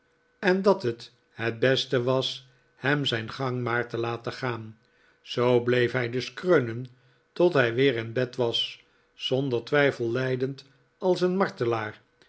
en dat t het beste was hem zijn gang maar te laten gaan zoo bleef hij dus kreunen tot hij weer in bed was zonder twijfel lijdend als een